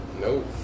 Nope